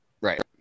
Right